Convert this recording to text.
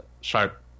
sharp